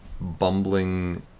bumbling